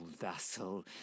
vassal